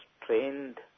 trained